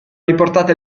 riportate